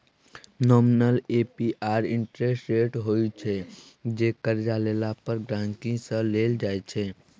nominal APR interest rate होइ छै जे करजा लेला पर गांहिकी सँ लेल जाइ छै